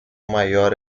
maior